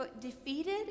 defeated